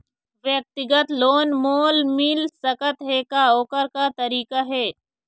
व्यक्तिगत लोन मोल मिल सकत हे का, ओकर का तरीका हे?